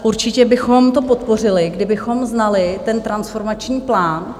Určitě bychom to podpořili, kdybychom znali ten transformační plán.